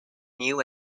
new